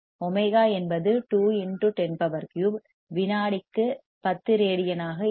w என்பது 2103 வினாடிக்கு 10 ரேடியனாக இருக்கும்